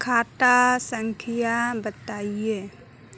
खाता संख्या बताई?